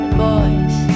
boys